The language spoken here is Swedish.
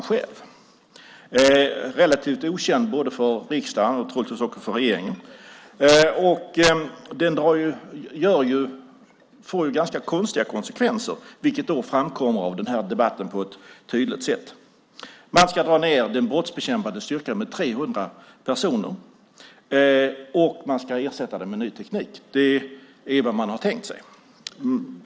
Den är relativt okänd för riksdagen och troligtvis också för regeringen. Den får ganska konstiga konsekvenser, vilket framkommer av denna debatt på ett tydligt sätt. Man ska dra ned den brottsbekämpande styrkan med 300 personer, och man ska ersätta den med ny teknik. Det är vad man har tänkt sig.